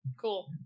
Cool